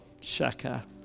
Shaka